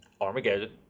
Armageddon